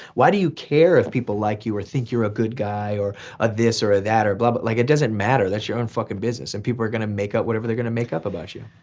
what do you care if people like you or think you're a good guy, or or this or ah that? but but like it doesn't matter, that's your own fucking business. and people are going to make up whatever they're going to make up about you.